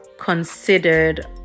considered